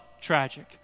tragic